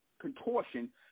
contortion